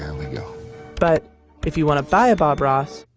but if you want to buy a bob ross,